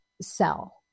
sell